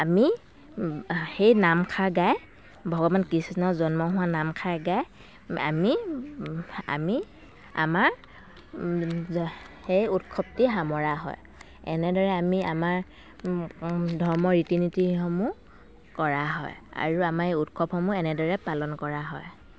আমি সেই নামষাৰ গাই ভগৱান কৃষ্ণ জন্ম হোৱা নামষাৰ গাই আমি আমি আমাৰ সেই উৎসৱটি সামৰা হয় এনেদৰে আমি আমাৰ ধৰ্মৰ ৰীতি নীতিসমূহ কৰা হয় আৰু আমাৰ এই উৎসৱসমূহ এনেদৰে পালন কৰা হয়